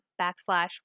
backslash